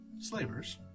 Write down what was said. Slavers